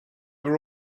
were